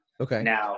Okay